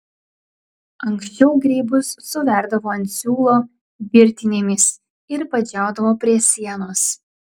anksčiau grybus suverdavo ant siūlo virtinėmis ir padžiaudavo prie sienos